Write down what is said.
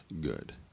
good